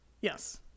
Yes